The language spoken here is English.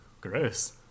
gross